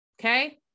Okay